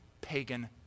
pagan